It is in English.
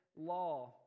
law